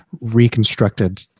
reconstructed